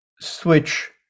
switch